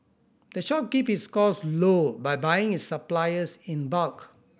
the shop keep its costs low by buying its supplies in bulk